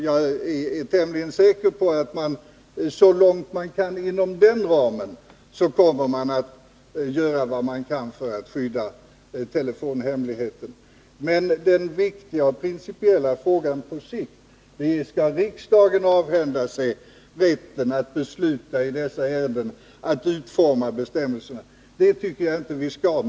Jag är tämligen säker på att man så långt det är möjligt inom den ramen kommer att göra vad man kan för att skydda telefonhemligheten. Men den viktiga och principiella frågan på sikt är om riksdagen skall avhända sig rätten att besluta i dessa ärenden och att utforma bestämmelserna. Det tycker jag inte att vi skall göra.